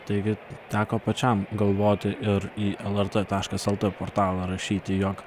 taigi teko pačiam galvoti ir į lrt taškas lt portalą rašyti jog